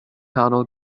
nghanol